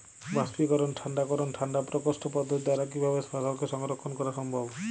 বাষ্পীকরন ঠান্ডা করণ ঠান্ডা প্রকোষ্ঠ পদ্ধতির দ্বারা কিভাবে ফসলকে সংরক্ষণ করা সম্ভব?